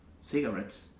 cigarettes